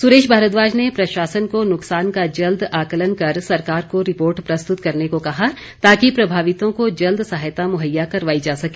सुरेश भारद्वाज ने प्रशासन को नुकसान का जल्द आकलन कर सरकार को रिपोर्ट प्रस्तुत करने को कहा ताकि प्रभावितों को जल्द सहायता मुहैया करवाई जा सके